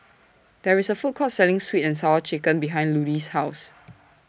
There IS A Food Court Selling Sweet and Sour Chicken behind Ludie's House